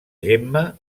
gemma